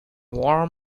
warm